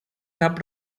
cap